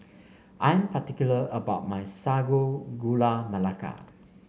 I'm particular about my Sago Gula Melaka